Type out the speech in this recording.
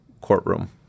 courtroom